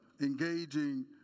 engaging